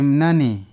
nani